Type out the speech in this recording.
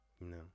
No